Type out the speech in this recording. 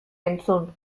entzun